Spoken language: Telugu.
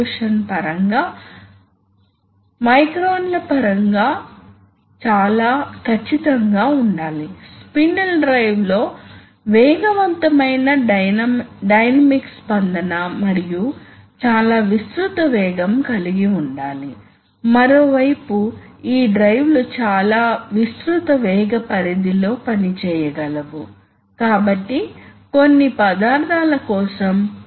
ఎలక్ట్రిక్ విషయంలో పర్యావరణం ప్రమాదకరంగా ఉంటే అగ్ని ప్రమాదం ఉండవచ్చు కాని న్యూమాటిక్ లో అగ్ని ప్రమాదం లేదు సాధారణంగా ఎలక్ట్రిక్ మరియు న్యూమాటిక్ లో ఒకటి టెంపరేచర్ సున్నితత్వాన్ని తగ్గించింది ఎందుకంటే హైడ్రాలిక్లో ఆయిల్ విస్కాసిటీ మారవచ్చు మరియు పనితీరు వైవిధ్యాలు ఉండవచ్చు ఎలక్ట్రిక్ లో విస్కాసిటీ గురించి ప్రశ్న లేదు మరియు న్యూమాటిక్ లో గాలి విస్కాసిటీ మార్పు ప్రధానంగా ఉండదు